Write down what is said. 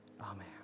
Amen